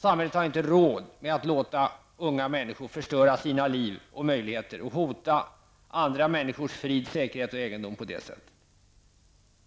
Samhället har inte råd att låta unga människor förstöra sina liv och möjligheter samt hota andra människors frid, säkerhet och egendom på det sättet.